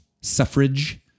suffrage